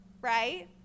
right